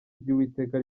ry’uwiteka